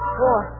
four